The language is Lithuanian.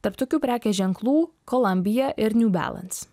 tarp tokių prekės ženklų kolambija ir niu belens